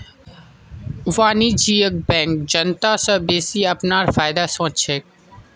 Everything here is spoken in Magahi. वाणिज्यिक बैंक जनता स बेसि अपनार फायदार सोच छेक